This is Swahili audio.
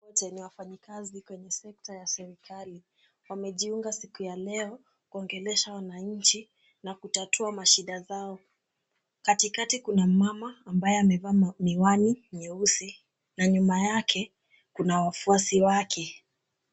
Hawa wote ni wafanyakazi kwenye sekta ya serikali. Wamejiunga siku ya leo kuongelesha wananchi na kutatua mashida zao. Katikati kuna mmama ambaye amevaa miwani nyeusi na nyuma yake kuna wafuasi wake.